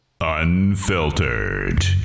Unfiltered